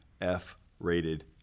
F-rated